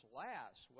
last